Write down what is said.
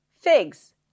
Figs